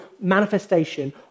manifestation